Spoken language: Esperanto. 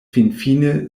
finfine